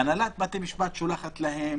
הנהלת בתי המשפט שולחת להם